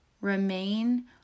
remain